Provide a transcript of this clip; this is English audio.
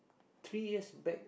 three years back